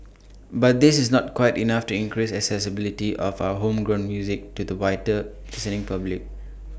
but this is not quite enough to increase accessibility of our homegrown music to the wider listening public